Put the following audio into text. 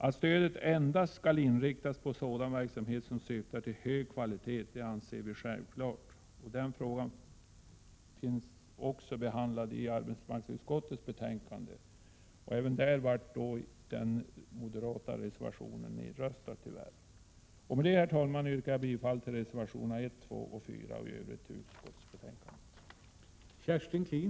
Att stödet endast skall inriktas på sådan verksamhet som syftar till hög kvalitet anser vi självklart. Detta behandlas också i arbetsmarknadsutskottets betänkande. Tyvärr blev även här den moderata reservation som var fogad till betänkandet nedröstad. Med detta yrkar jag, herr talman, bifall till reservationerna 1, 2, 4 och i övrigt till utskottets hemställan.